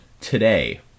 today